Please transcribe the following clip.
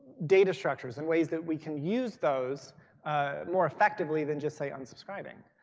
data structures and ways that we can use those more effectively than just say unsubscribing.